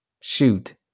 Shoot